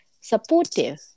supportive